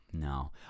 No